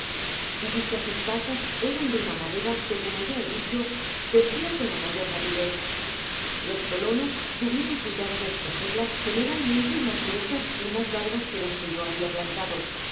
dichas estacas eran de una madera que como ya he dicho crecía con la mayor rapidez los colonos tuvieron cuidado de escogerlas general mente mas gruesas y mas largas que las que yo habia plantado